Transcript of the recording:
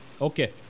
Okay